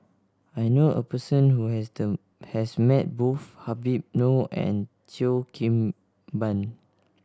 I knew a person who has the has met both Habib Noh and Cheo Kim Ban